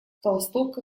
толстовка